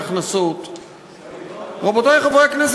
רבותי, הצעת